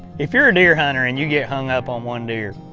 if you're a deer hunter and you get hung up on one deer,